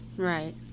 Right